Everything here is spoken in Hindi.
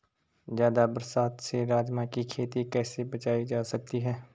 ज़्यादा बरसात से राजमा की खेती कैसी बचायी जा सकती है?